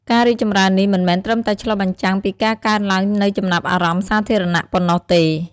ការរីកចម្រើននេះមិនមែនត្រឹមតែឆ្លុះបញ្ចាំងពីការកើនឡើងនូវចំណាប់អារម្មណ៍សាធារណៈប៉ុណ្ណោះទេ។